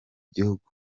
gihugu